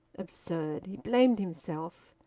absurd! he blamed himself.